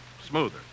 smoother